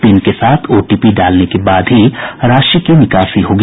pin के साथ OTP डालने के बाद ही राशि की निकासी होगी